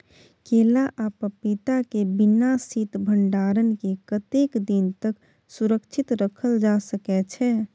केला आ पपीता के बिना शीत भंडारण के कतेक दिन तक सुरक्षित रखल जा सकै छै?